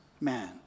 man